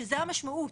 שזו המשמעות.